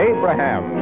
Abraham